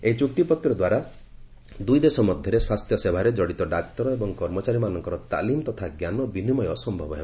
ଏହି ଚୁକ୍ତିପତ୍ର ଦ୍ୱାରା ଦୁଇ ଦେଶ ମଧ୍ୟରେ ସ୍ୱାସ୍ଥ୍ୟ ସେବାରେ କଡ଼ିତ ଡାକ୍ତର ଏବଂ କର୍ମଚାରୀମାନଙ୍କର ତାଲିମ ତଥା ଞ୍ଜାନବିନିମୟ ସମ୍ଭବ ହେବ